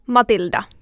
Matilda